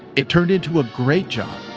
it turned into a great job.